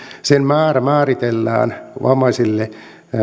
sen määrä määritellään vammaiselle